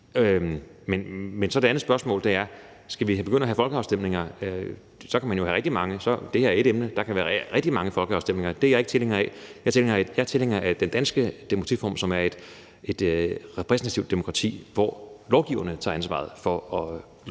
Men det andet spørgsmål er: Skal vi begynde at have flere folkeafstemninger? Så kan man jo få rigtig mange. Det her er ét emne. Der kan være rigtig mange andre folkeafstemninger. Det er jeg ikke tilhænger af. Jeg er tilhænger af den danske demokratiform, som er et repræsentativt demokrati, hvor lovgiverne tager ansvaret for at sætte